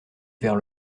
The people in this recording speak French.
vers